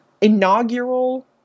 inaugural